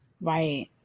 Right